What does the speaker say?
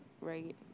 right